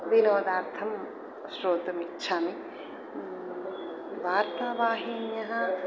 विनोदार्थं श्रोतुम् इच्छामि वार्तावाहिन्यः